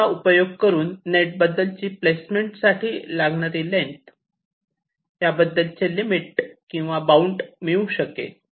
त्यांचा उपयोग करून नेट बद्दलची प्लेसमेंट साठी लागणारी लेन्थ याबद्दल चे लिमिट किंवा बाउंड मिळू शकेल